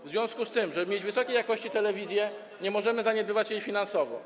W związku z tym, żeby mieć wysokiej jakości telewizję, nie możemy zaniedbywać jej finansowo.